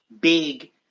Big